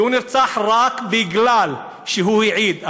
והוא נרצח רק כי הוא העיד,